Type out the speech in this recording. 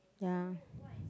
ya